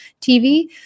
TV